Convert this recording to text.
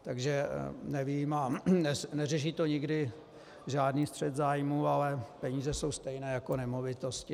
Takže nevím, a neřeší to nikdy žádný střet zájmů, ale peníze jsou stejné jako nemovitosti.